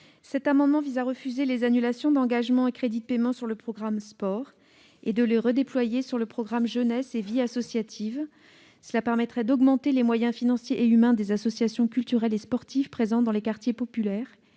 Cet amendement vise à refuser les annulations d'autorisations d'engagement et de crédits de paiement du programme « Sport » et de les redéployer sur le programme « Jeunesse et vie associative ». Cela permettrait d'augmenter les moyens financiers et humains des associations culturelles et sportives présentes dans les quartiers populaires-